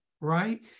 right